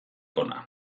hona